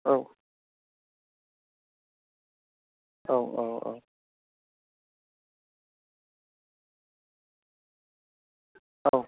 औ औ औ औ औ